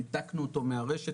ניתקנו אותו מהרשת,